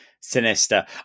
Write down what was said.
sinister